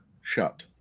shut